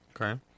Okay